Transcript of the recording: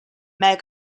meg